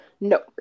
No